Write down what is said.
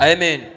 Amen